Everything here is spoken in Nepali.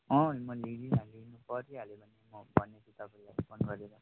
अँ म लिदिनँ लिनु परिहाल्यो म भन्नेछु तपाईँलाई फोन गरेर